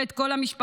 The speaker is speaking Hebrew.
ואת כל המשפחה,